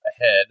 ahead